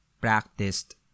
practiced